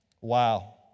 Wow